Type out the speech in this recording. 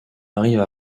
arrive